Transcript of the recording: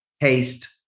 taste